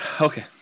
okay